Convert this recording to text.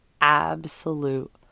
absolute